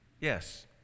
Yes